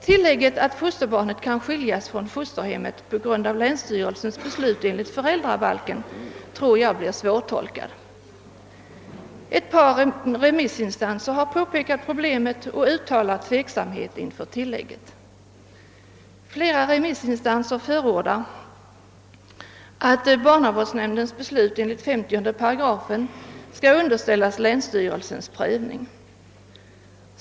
Tillägget att fosterbarnet kan skiljas från fosterhemmet på grund av länsstyrelsens beslut enligt föräldrabalken tror jag blir svårtolkat. Ett par remissinstanser har pekat på problemet och uttalar tveksamhet inför tillägget. Flera remissinstanser förordar i stället att barnavårdsnämndens beslut enligt 50 § skall underställas länsstyrelsens prövning.